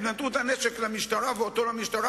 הם נתנו את הנשק למשטרה ואותו למשטרה,